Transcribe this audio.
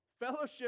Fellowship